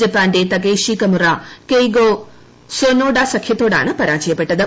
ജപ്പാന്റെ Takeshi Kamura Keigo Sonoda സഖ്യത്തോടാണ് പരാജയപ്പെട്ടത്